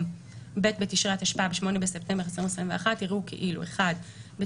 ג' בתשרי התשפ"ב (9 בספטמבר 2021) יראו כאילו בתקנות,